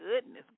goodness